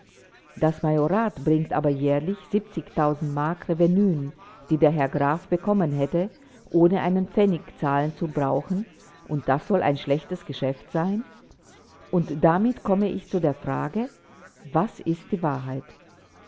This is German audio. das majorat bringt aber jährlich mark revenüen die der herr graf bekommen hätte ohne einen pfennig zahlen zu brauchen und das soll ein schlechtes geschäft sein und damit komme ich zu der frage was ist wahrheit